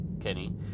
Kenny